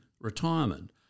retirement